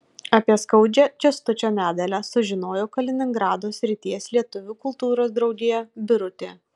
apie skaudžią kęstučio nedalią sužinojo kaliningrado srities lietuvių kultūros draugija birutė